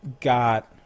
got